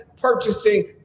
purchasing